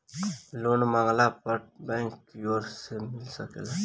loan मांगला पर bank कियोर से मिल सकेला